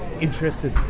Interested